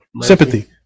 sympathy